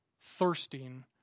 thirsting